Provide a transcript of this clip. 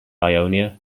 ionia